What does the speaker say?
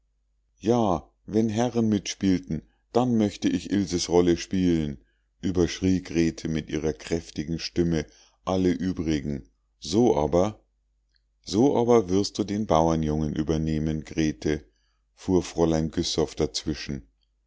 ja wenn herren mitspielten dann möchte ich ilses rolle spielen überschrie grete mit ihrer kräftigen stimme alle übrigen so aber so aber wirst du den bauernjungen übernehmen grete fuhr fräulein güssow dazwischen